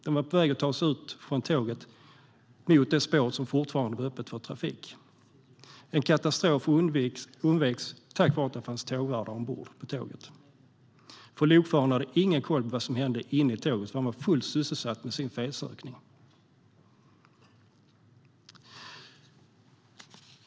De var på väg att ta sig ut från tåget mot det spår som fortfarande var öppet för trafik. En katastrof undveks tack vare att det fanns tågvärdar ombord på tåget. Lokföraren hade ingen koll på vad som hände inne i tåget, för han var fullt sysselsatt med sin felsökning.